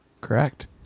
Correct